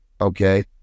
okay